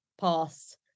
past